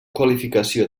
qualificació